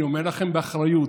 אני אומר לכם באחריות: